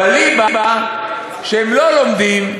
בליבה שהם לא לומדים,